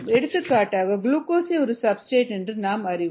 எடுத்துக்காட்டாக குளுக்கோஸை ஒரு சப்ஸ்டிரேட் என நாம் அறிவோம்